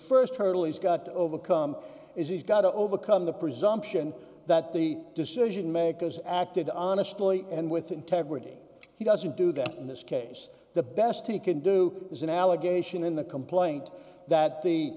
first hurdle he's got to overcome is he's got to overcome the presumption that the decision makers acted honestly and with integrity he doesn't do that in this case the best he can do is an allegation in the complaint that